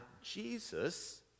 Jesus